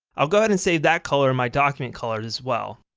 i'll go ahead and save that color in my document colors as well.